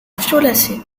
violacé